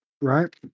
right